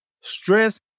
Stress